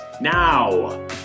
now